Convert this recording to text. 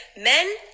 Men